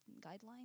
guidelines